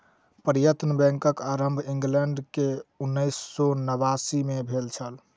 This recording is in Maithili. प्रत्यक्ष बैंकक आरम्भ इंग्लैंड मे उन्नैस सौ नवासी मे भेल छल